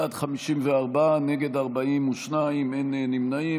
בעד, 54, נגד, 42, אין נמנעים.